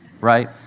right